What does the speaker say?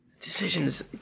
Decisions